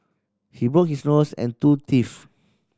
he broke his nose and two teeth